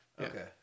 Okay